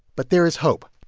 but there is hope